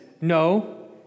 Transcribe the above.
No